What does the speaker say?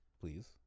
please